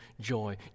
joy